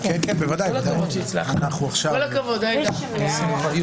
יישר כוח.